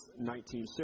1960